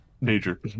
Major